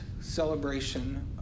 celebration